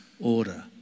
order